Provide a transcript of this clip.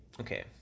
okay